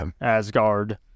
Asgard